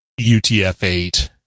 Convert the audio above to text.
UTF-8